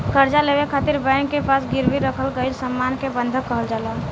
कर्जा लेवे खातिर बैंक के पास गिरवी रखल गईल सामान के बंधक कहल जाला